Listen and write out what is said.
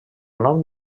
nom